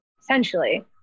essentially